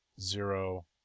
zero